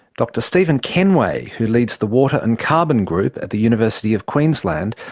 dr steven kenway, who leads the water and carbon group at the university of queensland,